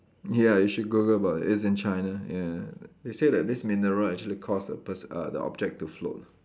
ya you should Google about it's in China ya they say that this mineral actually cause the pers~ uh the object to float